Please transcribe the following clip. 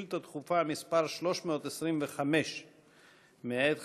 ישיבה רי"ז הישיבה המאתיים-ושבע-עשרה של הכנסת העשרים יום רביעי,